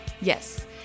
Yes